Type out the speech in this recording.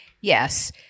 Yes